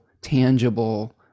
tangible